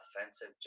offensive